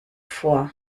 vor